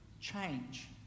change